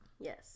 Yes